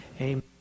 Amen